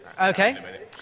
Okay